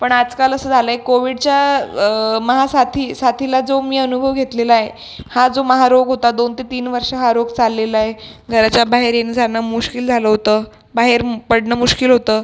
पण आजकाल असं झालंय कोविडच्या महासाथी साथीला जो मी अनुभव घेतलेला आहे हा जो महारोग होता दोन ते तीन वर्ष हा रोग चाललेला आहे घराच्या बाहेर येणं जाणं मुश्किल झालं होतं बाहेर पडणं मुश्किल होतं